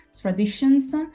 traditions